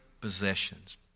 possessions